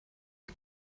you